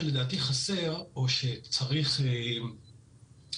שלדעתי חסר או שצריך לתקן,